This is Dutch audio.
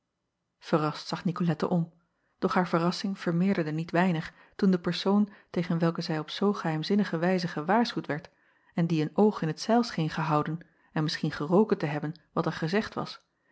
errast zag icolette om doch haar verrassing vermeerderde niet weinig toen de persoon tegen welke zij op zoo geheimzinnige wijze gewaarschuwd werd en die een oog in t zeil scheen gehouden en misschien geroken te hebben wat er gezegd was